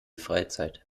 freizeit